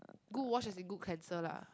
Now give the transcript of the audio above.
good wash as in good cleanser lah